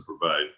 provide